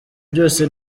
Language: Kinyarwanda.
byose